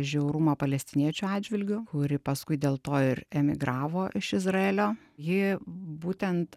žiaurumą palestiniečių atžvilgiu kuri paskui dėl to ir emigravo iš izraelio ji būtent